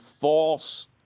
false